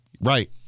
Right